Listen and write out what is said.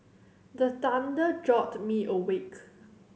the thunder jolt me awake